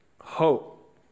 hope